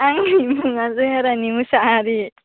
आंनि मुङा जया रानि मुसाहारि